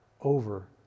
over